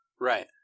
Right